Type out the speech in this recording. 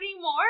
more